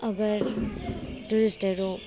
अगर टुरिस्टहरू